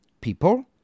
people